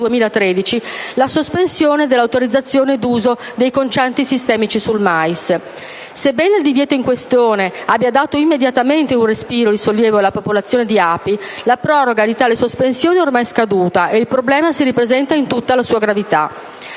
la sospensione dell'autorizzazione d'uso dei concianti sistemici sul mais. Sebbene il divieto in questione abbia dato immediatamente un respiro di sollievo alla popolazione di api, la proroga di tale sospensione è ormai scaduta e il problema si ripresenta in tutta la sua gravità.